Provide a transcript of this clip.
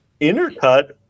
Intercut